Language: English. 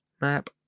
map